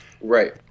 Right